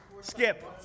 Skip